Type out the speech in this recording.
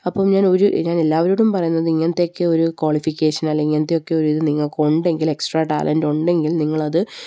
അപ്പം ഞാൻ ഒരു ഞാൻ എല്ലാവരോടും പറയുന്നത് ഇങ്ങനത്തെയൊക്കെ ഒരു ക്വാളിഫിക്കേഷൻ അല്ലെങ്കില് ഇങ്ങനത്തെയൊക്കെ ഒരു ഇത് നിങ്ങള്ക്കുണ്ടെങ്കിൽ എക്സ്ട്രാ ടാലൻറ് ഉണ്ടെങ്കിൽ നിങ്ങളത്